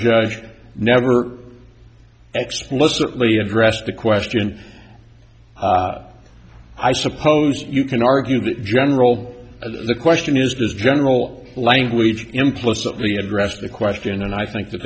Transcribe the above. judge never explicitly addressed the question i suppose you can argue that general the question is as general language implicitly addressed the question and i think that